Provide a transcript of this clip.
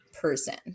person